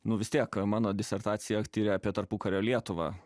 nu vis tiek mano disertacija tiria apie tarpukario lietuvą